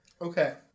Okay